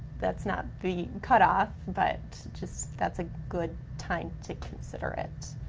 that's not the cutoff but just, that's a good time to consider it.